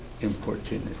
importunity